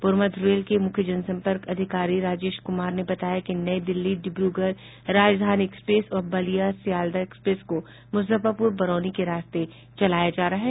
पूर्व मध्य रेल के मुख्य जनसंपर्क अधिकारी राजेश कुमार ने बताया कि नई दिल्ली डिब्र्गढ़ राजधानी एक्सप्रेस और बलिया स्यालदा एक्सप्रेस को मुजफ्फरपुर बरौनी के रास्ते चलाया जा रहा है